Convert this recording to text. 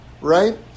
right